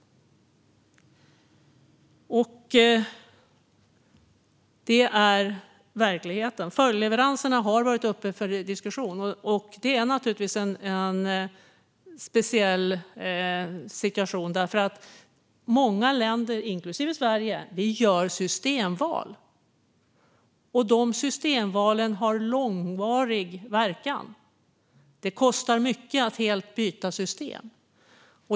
Det är verkligheten. Följdleveranserna har varit uppe för diskussion. Det är en speciell situation. Många länder, inklusive Sverige, gör systemval. Och de har långvarig verkan. Det kostar mycket att helt byta system.